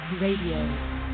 Radio